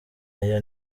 aya